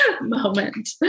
moment